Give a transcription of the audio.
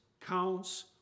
counts